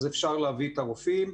אז אפשר להביא את הרופאים.